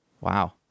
Wow